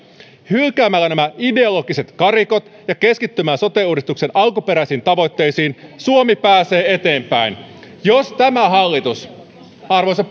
hylkäämällä nämä ideologiset karikot ja keskittymällä sote uudistuksen alkuperäisiin tavoitteisiin suomi pääsee eteenpäin jos tämä hallitus arvoisa